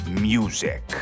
music